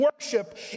worship